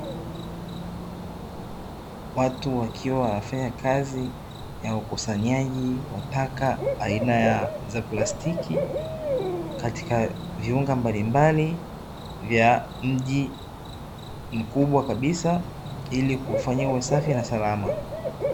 Watu wakiwa wanafanya kazi ya ukusanyaji wa taka aina za plastiki katika viunga mbalimbali vya mji mkubwa kabisa ili kuufanya uwe safi na salama.